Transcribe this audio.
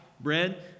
bread